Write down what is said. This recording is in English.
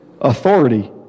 authority